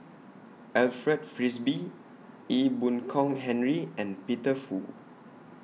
Alfred Frisby Ee Boon Kong Henry and Peter Fu